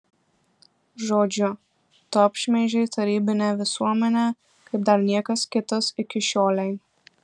žodžiu tu apšmeižei tarybinę visuomenę kaip dar niekas kitas iki šiolei